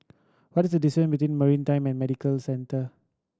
what is the distance to Maritime and Medical Centre